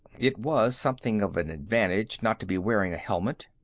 it was something of an advantage not to be wearing a helmet.